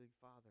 father